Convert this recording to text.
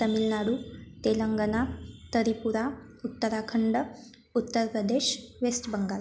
Tamil Nadu Telangana Tripura Uttarakhand Uttar Pradesh West Bengal